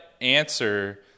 answer